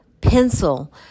pencil